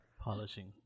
polishing